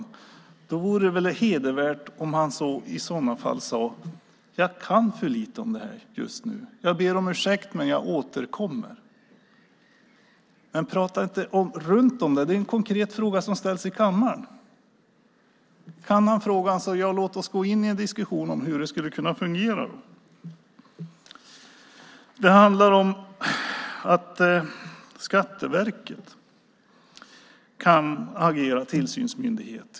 I så fall vore det väl hedervärt att säga: Jag kan för lite just nu om det här. Jag ber om ursäkt, men jag återkommer. Prata inte runt här! Det är en konkret fråga som ställs här i kammaren. Om Anders Borg kan frågan - låt oss då gå in i en diskussion om hur det skulle kunna fungera! Det handlar om att Skatteverket kan agera tillsynsmyndighet.